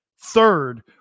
third